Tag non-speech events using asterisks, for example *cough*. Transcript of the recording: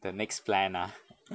the next plan ah *laughs*